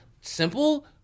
simple